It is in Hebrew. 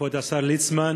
כבוד השר ליצמן.